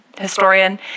historian